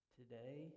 today